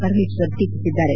ಪರಮೇಶ್ವರ್ ಟೀಕಿಸಿದ್ದಾರೆ